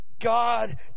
god